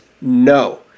no